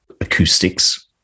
acoustics